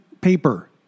paper